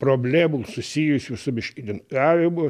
problemų susijusių su miškininkavimu